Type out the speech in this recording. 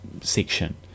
section